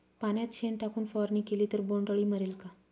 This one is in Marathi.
पाण्यात शेण टाकून फवारणी केली तर बोंडअळी मरेल का?